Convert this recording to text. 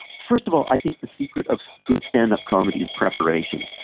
first of all i think the secret of good stand-up comedy is preparation.